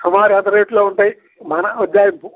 సుమారు ఎంత రేట్లో ఉంటాయి మన ఉజ్జాయింపు